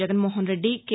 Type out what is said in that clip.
Jaganmohan Reddy K